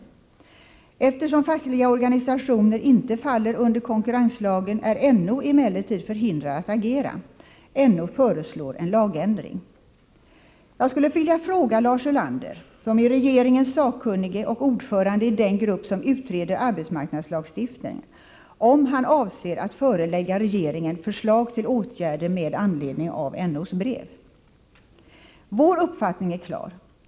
Eftersom fackliga organisationer inte faller under konkurrenslagen är NO emellertid förhindrad att agera. NO föreslår en lagändring. Vår uppfattning är klar.